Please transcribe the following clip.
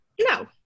No